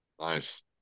Nice